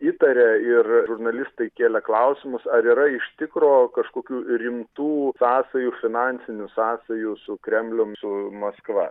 įtarė ir žurnalistai kėlė klausimus ar yra iš tikro kažkokių rimtų sąsajų finansinių sąsajų su kremlium su maskva